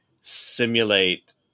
simulate